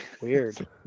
Weird